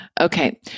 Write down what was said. Okay